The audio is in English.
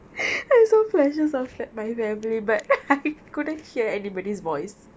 I saw flashes of fa~ my family but I couldn't hear anybody's voice